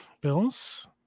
Bills